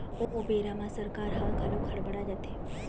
ओ बेरा म सरकार ह घलोक हड़ बड़ा जाथे